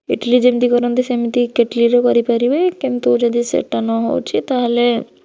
ଇଟିଲି ଯେମିତି କରନ୍ତି ସେମିତି କେଟଲୀରେ କରିପାରିବେ କିନ୍ତୁ ଯଦି ସେଇଟା ନ ହେଉଛି ତାହା ହେଲେ